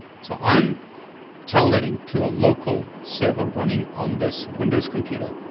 so i'm telnetting to a local server running on this window's computer,